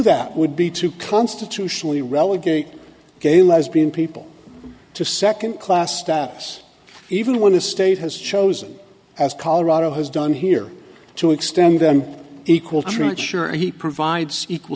that would be to constitutionally relegate gay lesbian people to second class status even when a state has chosen as colorado has done here to extend them equal to make sure he provides equal